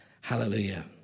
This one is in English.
Hallelujah